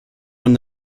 von